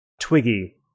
Twiggy